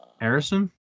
Harrison